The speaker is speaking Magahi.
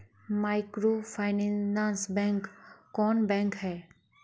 माइक्रोफाइनांस बैंक कौन बैंक है?